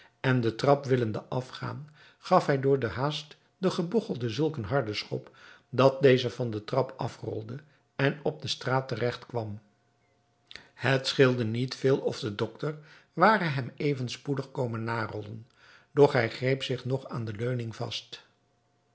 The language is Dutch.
en den trap willende afgaan gaf hij door den haast den gebogchelde zulk een harden schop dat deze van den trap afrolde en op de straat te regt kwam het scheelde niet veel of de doctor ware hem even spoedig komen narollen doch hij greep zich nog aan de leuning vast